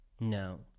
No